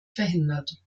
verhindert